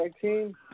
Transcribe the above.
team